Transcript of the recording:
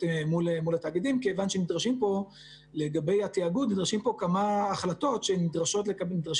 מול התאגידים כיוון שלגבי התאגוד נדרשות פה כמה החלטות שנדרשים